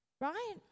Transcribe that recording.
right